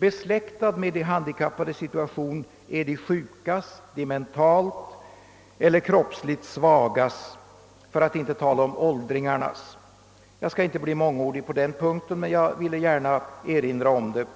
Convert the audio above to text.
Besläktad med de handikappades situation är de sjukas, de mentalt och kroppsligt svagas, för att inte tala om åldringarnas. Jag skall inte bli mångordig på den punkten, men jag har velat erinra om den.